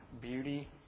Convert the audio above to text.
beauty